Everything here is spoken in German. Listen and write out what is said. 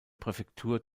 präfektur